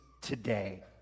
today